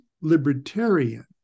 libertarian